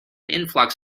influx